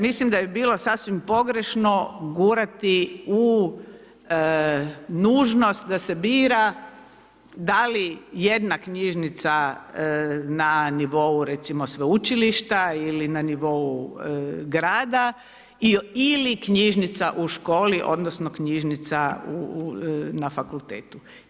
Mislim da bi bilo sasvim pogrešno gurati u nužnost da se bira da li jedna knjižnica na nivou recimo sveučilišta ili na nivou grada ili knjižnica u školi, odnosno, knjižnica na fakultetu.